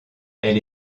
elle